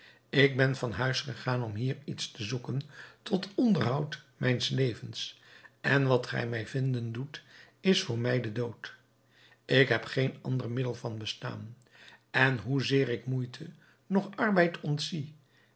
ik ben van huis gegaan om hier iets te zoeken tot onderhoud mijns levens en wat gij mij vinden doet is voor mij de dood ik heb geen ander middel van bestaan en hoezeer ik moeite noch arbeid ontzie